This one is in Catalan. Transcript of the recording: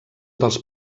dels